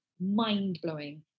mind-blowing